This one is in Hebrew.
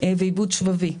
ועיבוד שבבי.